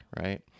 right